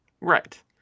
Right